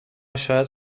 شاید